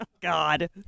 God